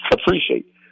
appreciate